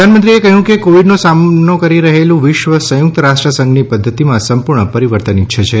પ્રધાનમંત્રીએ કહ્યું કે કોવિડનો સામનો કરી રહેલું વિશ્વ સંયુક્ત રાષ્ર્ સંઘની પધ્ધતિમાં સંપૂર્ણ પરિવર્તન ઇચ્છે છે